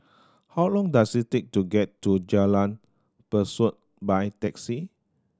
how long does it take to get to Jalan Besut by taxi